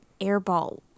airball